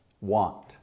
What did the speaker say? Want